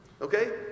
Okay